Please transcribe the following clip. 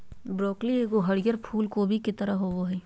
broccoli एगो हरीयर फूल कोबी के तरह होबो हइ